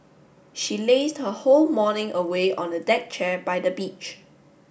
she lazed her whole morning away on a deck chair by the beach